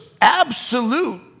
absolute